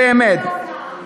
נו, באמת, באמת.